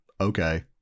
Okay